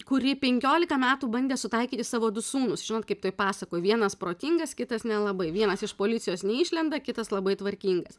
kuri penkiolika metų bandė sutaikyti savo du sūnus žinot kaip toj pasakoj vienas protingas kitas nelabai vienas iš policijos neišlenda kitas labai tvarkingas